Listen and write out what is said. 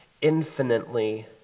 infinitely